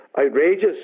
outrageous